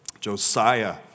Josiah